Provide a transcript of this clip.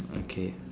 okay